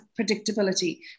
predictability